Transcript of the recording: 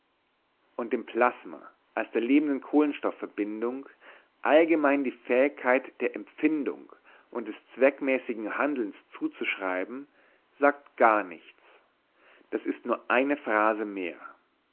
und dem plasma als der lebenden kohlenstoffverbindung allgemein die fähigkeit der empfindung und des zweckmäßigen handelns zuzuschreiben sagt garnichts das ist nur eine phrase mehr